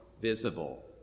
visible